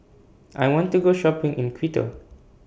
I want to Go Shopping in Quito